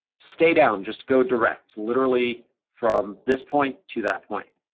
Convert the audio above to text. stay down, just go direct. literally from this point to that point.